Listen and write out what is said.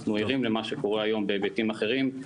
אנחנו ערים למה שקורה היום בהיבטים אחרים,